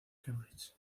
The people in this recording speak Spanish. cambridge